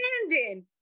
standing